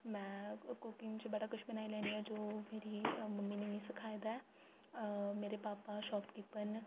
मैं कुकिंग च बड़ा किश बनाई लैन्नी आं जो मेरी मम्मी ने मी सखाए दा ऐ मेरे पापा शापकीपर न